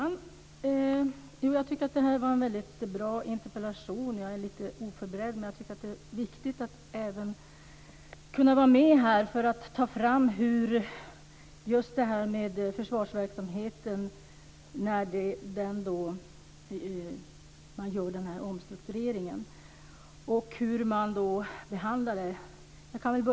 Fru talman! Jag tycker att det är en väldigt bra interpellation. Tyvärr är jag lite oförberedd men det är viktigt att kunna vara med när det gäller sättet behandlingen av denna omstrukturering av försvarsverksamheten.